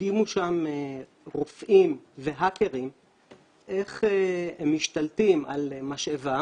הדגימו שם רופאים והאקרים איך הם משתלטים על משאבה